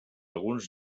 alguns